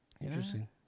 Interesting